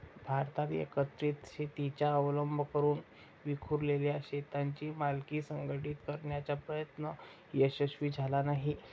भारतात एकत्रित शेतीचा अवलंब करून विखुरलेल्या शेतांची मालकी संघटित करण्याचा प्रयत्न यशस्वी झाला नाही